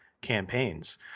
campaigns